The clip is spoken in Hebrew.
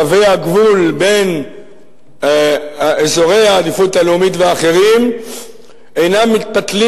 קווי הגבול בין אזורי העדיפות הלאומית ואחרים אינם מתפתלים